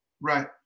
Right